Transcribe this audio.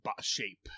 shape